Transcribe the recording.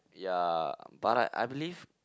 ya but I I believe